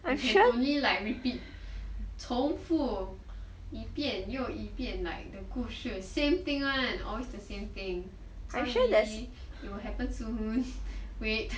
they can only like repeat 从复一遍 and 又一遍 like the 故事 same thing [one] always the same thing sorry it will happen soon wait